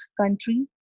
country